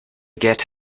get